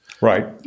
Right